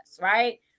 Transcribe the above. right